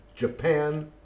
Japan